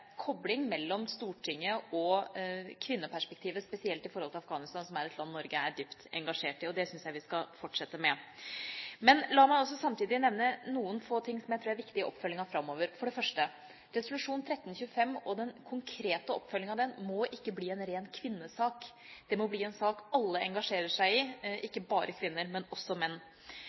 kobling mellom Stortinget og kvinneperspektivet spesielt når det gjelder Afghanistan, som er et land Norge er dypt engasjert i. Og det syns jeg vi skal fortsette med. Men la meg samtidig nevne noen få ting som jeg tror er viktige i oppfølgingen framover. For det første: Resolusjon 1325 og den konkrete oppfølgingen av den må ikke bli en ren kvinnesak. Det må bli en sak alle engasjerer seg i – ikke bare kvinner, men også menn.